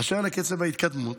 באשר לקצב ההתקדמות,